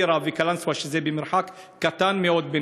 וטירה וקלנסואה, שהמרחק ביניהן קטן מאוד,